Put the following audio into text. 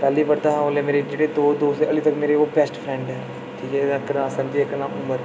पैह्ली पढ़दा हा अं' उसलै मेरे दौं दोस्त हे हल्ली तोड़ी ओह् मेरे बेस्ट फ्रैंड न ते जिसलै